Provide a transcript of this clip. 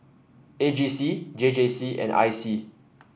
A G C J J C and I C